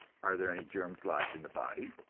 are there any germs lodged in the body,